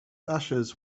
ashes